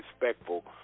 respectful